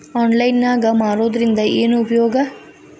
Online ನಾಗ್ ಮಾರೋದ್ರಿಂದ ಏನು ಉಪಯೋಗ?